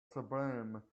sublime